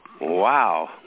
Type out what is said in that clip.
Wow